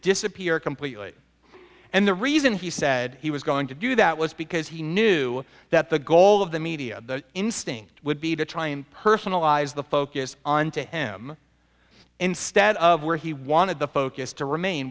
disappear completely and the reason he said he was going to do that was because he knew that the goal of the media instinct would be to try and personalize the focus on to him instead of where he wanted the focus to remain